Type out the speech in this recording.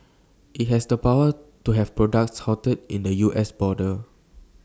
IT has the power to have products halted at the us border